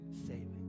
saving